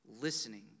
Listening